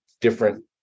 different